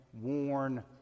worn